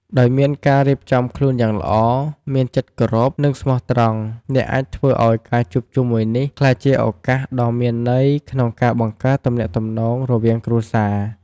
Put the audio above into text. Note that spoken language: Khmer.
ដោយមានការរៀបចំខ្លួនយ៉ាងល្អ មានចិត្តគោរព និងស្មោះត្រង់ អ្នកអាចធ្វើឲ្យការជួបជុំមួយនេះក្លាយជាឱកាសដ៏មានន័យក្នុងការបង្កើតទំនាក់ទំនងរវាងគ្រួសារ។